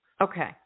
Okay